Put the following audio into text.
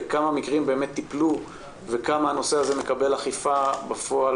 לנו בכמה מקרים באמת טיפלו וכמה הנושא הזה מקבל אכיפה בפועל